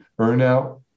earnout